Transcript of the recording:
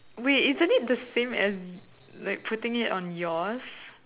wait isn't it the same as like putting it on yours